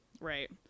right